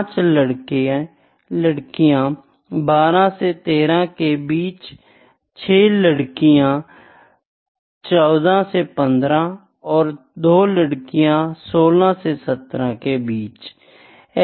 5 लड़किया 12 से 13 के बीच 6 लड़किया 14 से 15 और 2 लड़किया 16 से 17 के बीच है